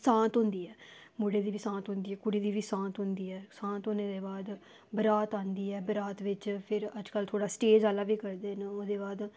सांत होंदी ऐ मुडे़ दी बी सांत होंदी ऐ कुड़ी दी बी सांत होंदी ऐ सांत होने दे बाद बरात औंदी ऐ बरात बिच फिर अजकल थोह्डा स्टेज आह्ला बी करदे न ओह्दे बाद